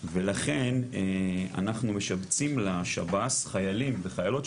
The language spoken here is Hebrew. ולכן אנחנו משבצים לשב"ס חיילים וחיילות,